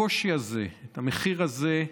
הקושי הזה, את המחיר הזה,